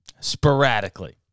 Sporadically